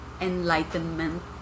enlightenment